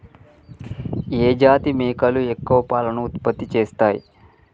ఏ జాతి మేకలు ఎక్కువ పాలను ఉత్పత్తి చేస్తయ్?